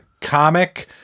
comic